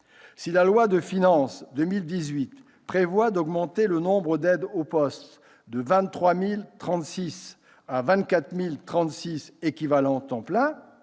de loi de finances pour 2018 prévoit d'augmenter le nombre d'aides au poste de 23 036 à 24 036 équivalents temps plein,